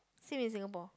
same in Singapore